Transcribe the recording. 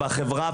החברה,